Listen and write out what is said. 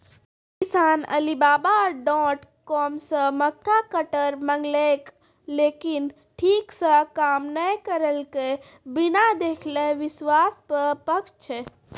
कुछ किसान Alibaba dot com से मक्का कटर मंगेलके लेकिन ठीक से काम नेय करलके, बिना देखले विश्वास पे प्रश्न छै?